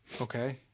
Okay